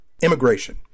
immigration